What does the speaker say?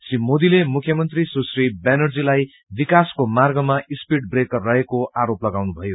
श्री मोदीले मुख्यमंत्री सुश्री ममता वनर्जीलाई विकासको मार्गमा स्पीड ब्रेकर रहेको आरोप लगाउनुभयो